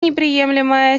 неприемлемое